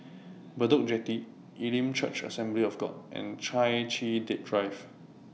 Bedok Jetty Elim Church Assembly of God and Chai Chee Drive